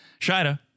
Shida